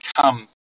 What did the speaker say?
come